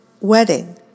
wedding